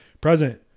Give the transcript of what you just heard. present